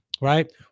right